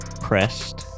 pressed